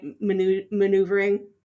maneuvering